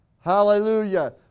Hallelujah